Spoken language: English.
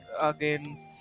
again